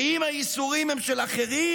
ואם הייסורים הם של אחרים,